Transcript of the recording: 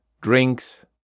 Drinks